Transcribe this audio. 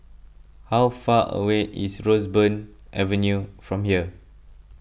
how far away is Roseburn Avenue from here